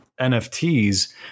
NFTs